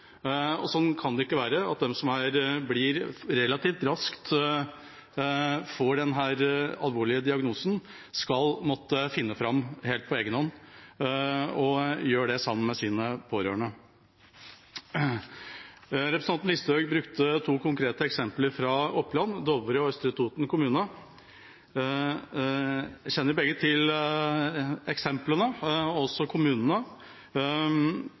kan det ikke være: at de som relativt raskt får denne alvorlige diagnosen, skal måtte finne fram helt på egen hånd sammen med sine pårørende. Representanten Listhaug brukte to konkrete eksempler fra Oppland: Dovre og Østre Toten kommuner. Jeg kjenner til begge eksemplene og kommunene.